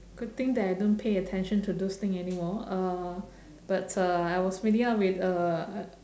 good thing that I don't pay attention to those thing anymore uh but uh I was meeting up with uh